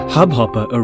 Hubhopper